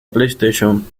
playstation